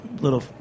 little